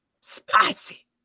spicy